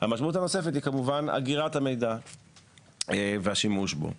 המשמעות הנוספת היא כמובן אגירת המידע והשימוש בו.